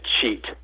cheat